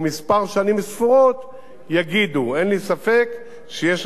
אין לי ספק שיש שם שיפור אדיר בכל מה שקשור